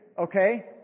okay